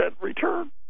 return